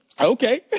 Okay